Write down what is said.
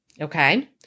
okay